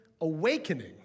awakening